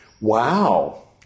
Wow